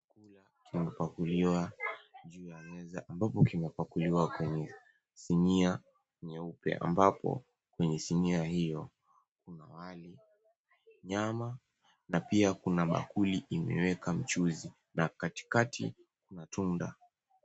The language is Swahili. Chakula kimepakuliwa juu ya meza ambapo kimepakuliwa kwenye sinia nyeupe ambapo kwenye sinia hiyo kuna wali, nyama na pia kuna bakuli imeweka mchuzi na katikati kuna tunda.